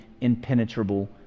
impenetrable